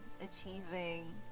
achieving